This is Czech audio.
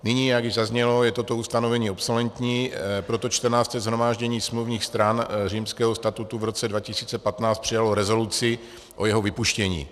Nyní, jak již zaznělo, je toto ustanovení obsolentní, proto 14. shromáždění smluvních stran Římského statutu v roce 2015 přijalo rezoluci o jeho vypuštění.